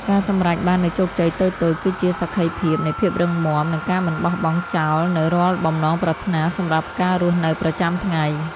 ការសម្រេចបាននូវជោគជ័យតូចៗគឺជាសក្ខីភាពនៃភាពរឹងមាំនិងការមិនបោះបង់ចោលនូវរាល់បំណងប្រាថ្នាសម្រាប់ការរស់នៅប្រចាំថ្ងៃ។